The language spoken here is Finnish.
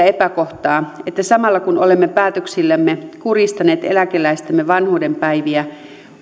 epäkohtaa että samalla kun olemme päätöksillämme kurjistaneet eläkeläistemme vanhuudenpäiviä